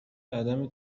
عدم